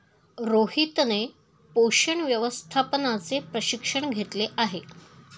रोहितने पोषण व्यवस्थापनाचे प्रशिक्षण घेतले आहे